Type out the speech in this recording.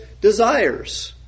desires